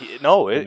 No